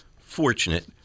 fortunate